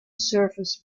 surface